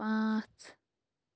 پانٛژھ